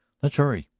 let's hurry.